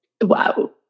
Wow